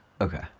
Okay